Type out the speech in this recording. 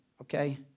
okay